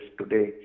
today